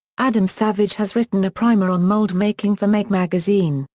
adam savage has written a primer on mold-making for make magazine,